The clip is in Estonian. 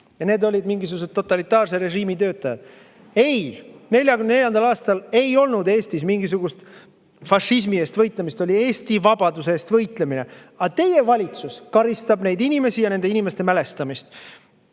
ja need olid mingisugused totalitaarse režiimi töötajad. Ei! 1944. aastal ei olnud Eestis mingisugust fašismi eest võitlemist, oli Eesti vabaduse eest võitlemine. Aga teie valitsus karistab neid inimesi ja nende inimeste mälestamist.